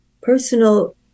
personal